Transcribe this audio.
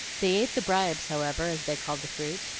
they ate the bribes, however, as they called the fruit,